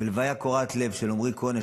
בלוויה קורעת לב של עמרי כהן,